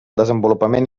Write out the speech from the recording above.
desenvolupament